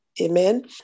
amen